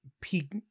peak